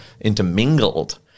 intermingled